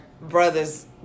brother's